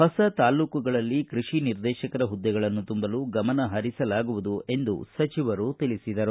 ಹೊಸ ತಾಲೂಕುಗಳಲ್ಲಿ ಕೃಷಿ ನಿರ್ದೇಶಕರ ಹುದ್ದೆಗಳನ್ನು ತುಂಬಲು ಗಮನ ಹರಿಸಲಾಗುವುದು ಎಂದು ಸಚಿವರು ತಿಳಿಸಿದರು